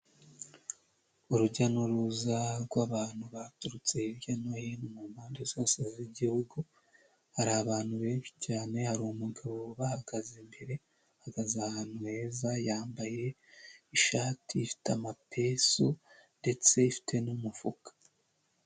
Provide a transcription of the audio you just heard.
Urujya n'uruza rw'abantu baturutse hirya no hino mu mpande zose z'igihugu hari abantu benshi cyane hari umugabo Ubahagaze imbere, ahagaze ahantu heza yambaye ishati ifite amapesu ndetse ifite n'umufuka.